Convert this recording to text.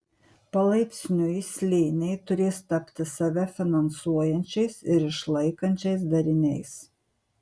palaipsniui slėniai turės tapti save finansuojančiais ir išlaikančiais dariniais